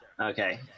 Okay